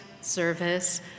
service